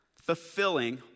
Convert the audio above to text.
Fulfilling